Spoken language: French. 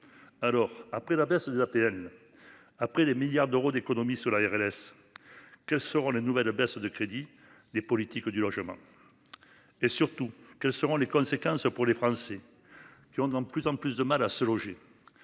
Alors après la baisse des APL. Après les milliards d'euros d'économies sur la RLS. Que sera la nouvelle baisse de crédits des politiques du logement. Et surtout, quelles seront les conséquences pour les Français qui ont dans de plus en plus de mal à se loger.